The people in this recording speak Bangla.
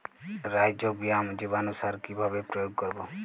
রাইজোবিয়াম জীবানুসার কিভাবে প্রয়োগ করব?